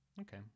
Okay